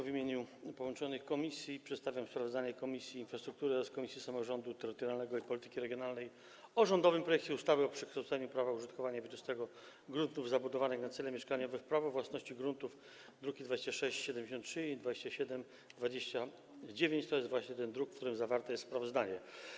W imieniu połączonych komisji przedstawiam sprawozdanie Komisji Infrastruktury oraz Komisji Samorządu Terytorialnego i Polityki Regionalnej o rządowym projekcie ustawy o przekształceniu prawa użytkowania wieczystego gruntów zabudowanych na cele mieszkaniowe w prawo własności gruntów, druki nr 2673 i 2729, to jest właśnie ten druk, w którym zawarte jest sprawozdanie.